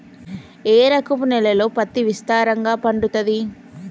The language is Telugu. ఏ రకపు నేలల్లో పత్తి విస్తారంగా పండుతది?